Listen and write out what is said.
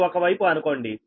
ఇది ఒక వైపు అనుకోండి